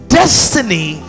destiny